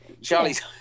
Charlie's